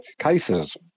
cases